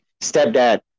stepdad